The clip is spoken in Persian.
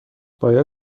باید